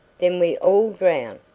then we all drown,